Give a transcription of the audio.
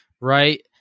Right